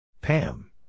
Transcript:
Pam